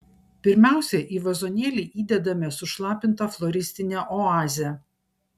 pirmiausia į vazonėlį įdedame sušlapintą floristinę oazę